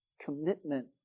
commitment